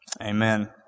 Amen